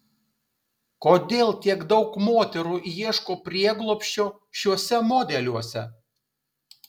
kodėl tiek daug moterų ieško prieglobsčio šiuose modeliuose